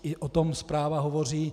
I o tom zpráva hovoří.